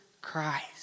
Christ